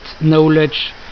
knowledge